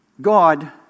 God